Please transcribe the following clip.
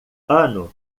ano